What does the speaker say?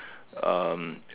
um